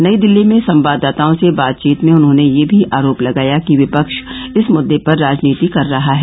नई दिल्ली में संवाददाताओं से बातचीत में उन्हॉने यह भी आरोप लगाया कि विपक्ष इस मुद्दे पर राजनीति कर रहा है